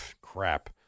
crap